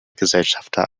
gesellschafter